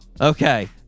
Okay